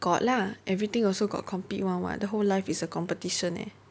got lah everything also got compete [one] [what] the whole life is a competition eh